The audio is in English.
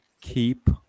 keep